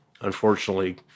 unfortunately